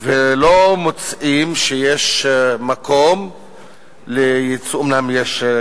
ולא מוצאים שיש מקום לייצוג.